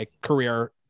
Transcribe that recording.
career